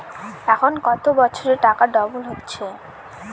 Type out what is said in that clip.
এখন কত বছরে টাকা ডবল হচ্ছে?